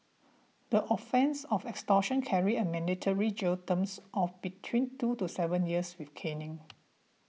the offence of extortion carries a mandatory jail terms of between two to seven years with caning